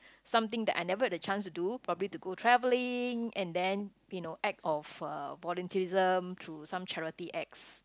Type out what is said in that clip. something that I never had the chance to do probably to go travelling and then you know act of uh volunteerism through some charity acts